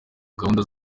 gahunda